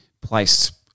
placed